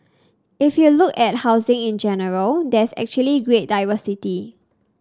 if you look at housing in general there's actually great diversity